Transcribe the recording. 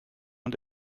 und